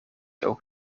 ook